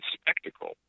spectacle